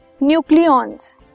nucleons